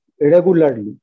regularly